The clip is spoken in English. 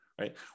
right